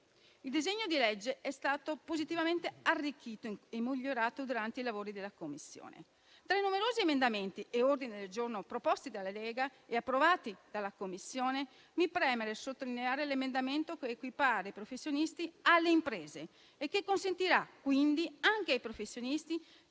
Il disegno di legge è stato positivamente arricchito e migliorato durante i lavori della Commissione. Tra i numerosi emendamenti e ordini del giorno proposti dalla Lega e approvati dalla Commissione, mi preme sottolineare l'emendamento che equipara i professionisti alle imprese e che consentirà quindi anche ai professionisti